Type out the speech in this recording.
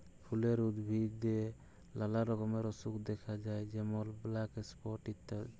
ফুলের উদ্ভিদে লালা রকমের অসুখ দ্যাখা যায় যেমল ব্ল্যাক স্পট ইত্যাদি